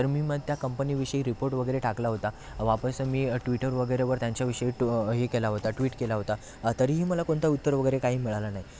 तर मग मी त्या कंपनीविषयी रिपोर्ट वगैरे टाकला होता वापस मी ट्विटर वगैरे वर त्यांच्याविषयी हे केला होता ट्वीट केला होता तरीही मला कोणता उत्तर वगैरे काही मिळालं नाही